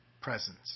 presence